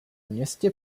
městě